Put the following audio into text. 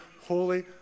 holy